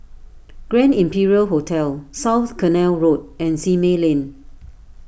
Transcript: Grand Imperial Hotel South Canal Road and Simei Lane